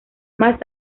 más